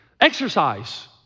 Exercise